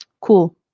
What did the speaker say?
cool